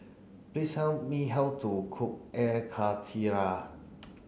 please tell me how to cook Air Karthira